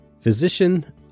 physician